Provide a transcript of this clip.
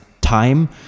time